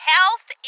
Health